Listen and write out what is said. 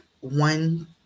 one